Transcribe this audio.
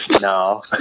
No